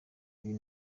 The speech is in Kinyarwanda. ibi